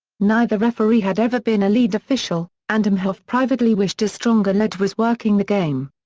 neither referee had ever been a lead official, and imhoff privately wished a stronger lead was working the game.